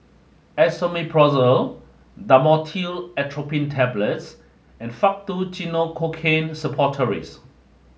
Esomeprazole Dhamotil Atropine Tablets and Faktu Cinchocaine Suppositories